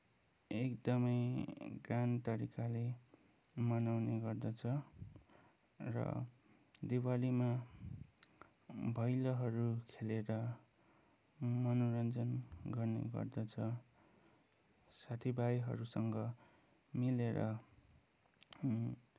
एकदमै ग्रान्ड तरिकाले मनाउने गर्दछ र दिवालीमा भैलोहरू खेलेर मनोरञ्जन गर्ने गर्दछ साथीभाइहरूसँग मिलेर